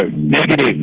ah negative,